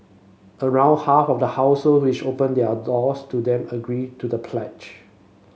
around half of the household which opened their doors to them agreed to the pledge